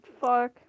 fuck